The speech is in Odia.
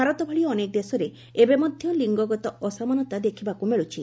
ଭାରତ ଭଳି ଅନେକ ଦେଶରେ ଏବେ ମଧ୍ଧ ଲିଙ୍ଗଗତ ଅସମାନତା ଦେଖବାକୁ ମିଳୁଛି